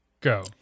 Go